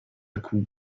coup